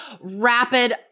rapid